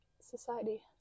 society